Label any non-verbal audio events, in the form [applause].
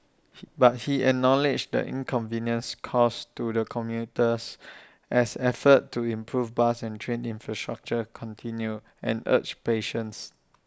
[noise] but he acknowledged the inconvenience caused to the commuters as efforts to improve bus and train infrastructure continue and urged patience